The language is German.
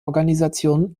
organisationen